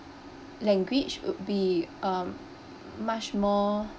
language would be um much more